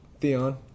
Theon